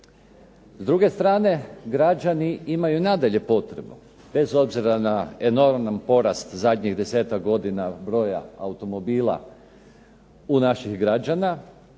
S druge strane građani imaju nadalje potrebu, bez obzira na enorman porast zadnjih desetak godina broja automobila u naših građana